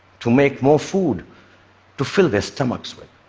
to make more food to fill their stomachs with.